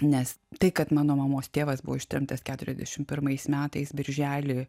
nes tai kad mano mamos tėvas buvo ištremtas keturiasdešim pirmais metais birželį